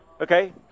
okay